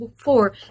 four